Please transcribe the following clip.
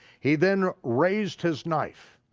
he then raised his knife,